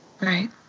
right